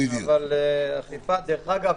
דרך אגב,